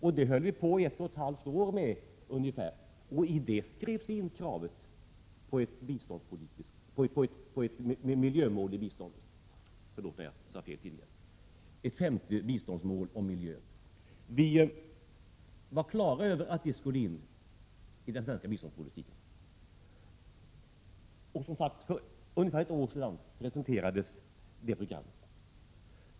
Det arbetet pågick under ett och ett halvt år och i programmet skrevs in kravet på ett miljömål i biståndet, dvs. ett femte biståndsmål om miljön. Vi var på det klara med att det skulle in i den svenska biståndspolitiken, och för ungefär ett år sedan presenterades detta program.